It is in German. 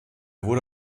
wurde